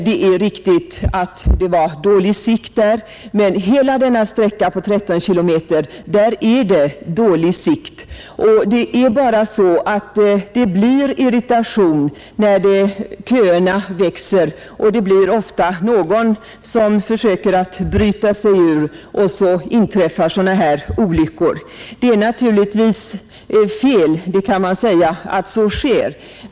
Det är riktigt att det rådde dålig sikt, men längs hela denna sträcka på 13 kilometer är det dålig sikt. Det uppstår ju alltid irritation när köerna på en väg växer. Ofta försöker någon bryta sig ut ur kön, och då inträffar olyckorna. Det är naturligtvis fel av bilisterna att göra sådana omkörningar.